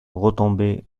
retombait